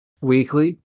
weekly